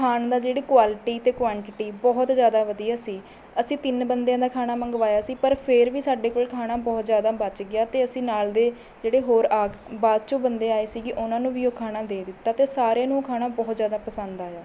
ਖਾਣ ਦਾ ਜਿਹੜੇ ਕੁਆਲਿਟੀ ਅਤੇ ਕੁਆਂਟਿਟੀ ਬਹੁਤ ਜਿਆਦਾ ਵਧੀਆ ਸੀ ਅਸੀਂ ਤਿੰਨ ਬੰਦਿਆਂ ਦਾ ਖਾਣਾ ਮੰਗਵਾਇਆ ਸੀ ਪਰ ਫਿਰ ਵੀ ਸਾਡੇ ਕੋਲ ਖਾਣਾ ਬਹੁਤ ਜਿਆਦਾ ਬਚ ਗਿਆ ਅਤੇ ਅਸੀਂ ਨਾਲ਼ ਦੇ ਜਿਹੜੇ ਹੋਰ ਬਾਅਦ ਚੋਂ ਬੰਦੇ ਆਏ ਸੀਗੇ ਉਹਨਾਂ ਨੂੰ ਵੀ ਉਹ ਖਾਣਾ ਦੇ ਦਿੱਤਾ ਅਤੇ ਸਾਰਿਆਂ ਨੂੰ ਖਾਣਾ ਬਹੁਤ ਜਿਆਦਾ ਪਸੰਦ ਆਇਆ